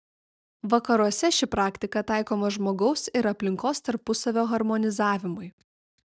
vakaruose ši praktika taikoma žmogaus ir aplinkos tarpusavio harmonizavimui